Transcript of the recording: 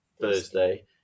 Thursday